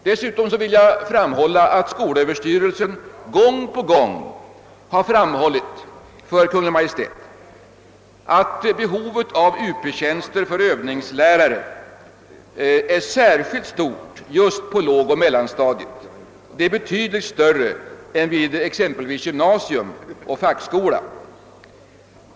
Jag vill också erinra om att skolöverstyrelsen gång på gång har framhållit för Kungl. Maj:t att behovet av Uptjänster för Öövningslärare är särskilt stort just på låg och mellanstadiet, betydligt större än exempelvis i gymnasium och fackskola.